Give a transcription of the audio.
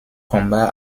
combat